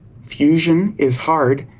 fusion is hard.